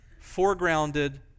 foregrounded